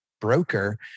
broker